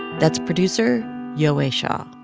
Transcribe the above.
that's producer yowei shaw